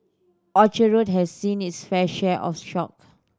Orchard Road has seen it's fair share of shock